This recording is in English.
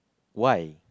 why